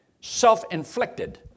self-inflicted